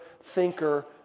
thinker